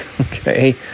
okay